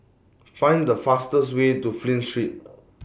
Find The fastest Way to Flint Street